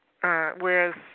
whereas